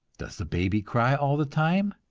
does the baby cry all the time?